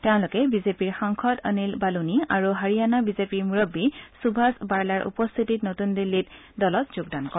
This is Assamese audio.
তেওঁলোকে বিজেপিৰ সাংসদ অনিল বালুনি আৰু হাৰিয়াণা বিজেপিৰ মুৰববী সুভাষ বাৰ্লাৰ উপস্থিতিত নতুন দিল্লীত দলত যোগ দিয়ে